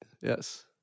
yes